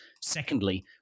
Secondly